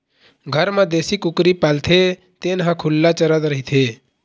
घर म देशी कुकरी पालथे तेन ह खुल्ला चरत रहिथे